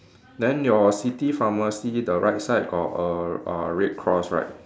then your city pharmacy the right side got a uh red cross right